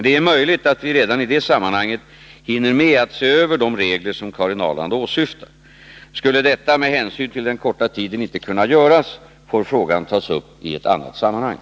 Det är möjligt att vi redan i det sammanhanget hinner med att se över de regler som Karin Ahrland åsyftar. Skulle detta med hänsyn till den korta tiden inte kunna göras, får frågan tas upp i ett annat sammanhang.